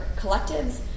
collectives